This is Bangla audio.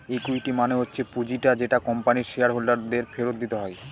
ইকুইটি মানে হচ্ছে পুঁজিটা যেটা কোম্পানির শেয়ার হোল্ডার দের ফেরত দিতে হয়